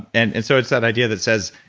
and and so it's that idea that says,